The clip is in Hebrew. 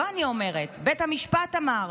לא אני אומרת, בית המשפט אמר,